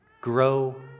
grow